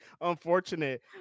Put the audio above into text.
unfortunate